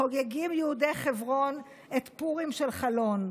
חוגגים יהודי חברון את פורים של חלון.